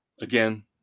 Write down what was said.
Again